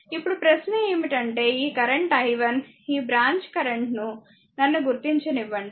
ఇప్పుడు ప్రశ్న ఏమిటంటే ఈ కరెంట్ i1 ఈ బ్రాంచ్ కరెంట్ ను నన్ను గుర్తించనివ్వండి